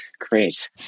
Great